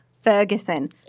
Ferguson